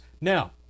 Now